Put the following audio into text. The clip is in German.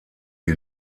die